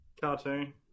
cartoon